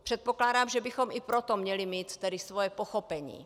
Předpokládám, že bychom i proto měli mít svoje pochopení.